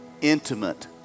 intimate